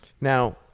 Now